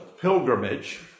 Pilgrimage